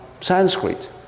Sanskrit